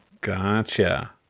Gotcha